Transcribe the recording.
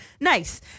Nice